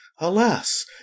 Alas